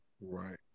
Right